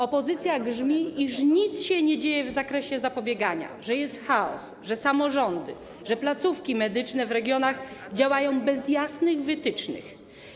Opozycja grzmi, iż nic się nie dzieje w zakresie zapobiegania, że jest chaos, że samorządy, placówki medyczne w regionach działają bez jasnych wytycznych.